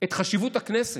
את חשיבות הכנסת,